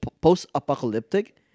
post-apocalyptic